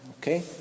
okay